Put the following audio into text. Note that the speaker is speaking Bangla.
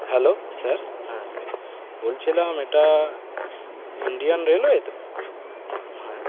হ্যালো স্যার হ্যাঁ বলছিলাম এটা ইন্ডিয়ান রেলওয়ে তো হ্যাঁ